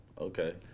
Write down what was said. Okay